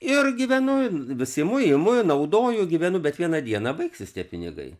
ir gyvenu vis imu imu ir naudoju gyvenu bet vieną dieną baigsis tie pinigai